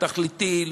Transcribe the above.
תכליתי,